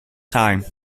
time